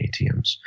ATMs